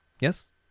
Yes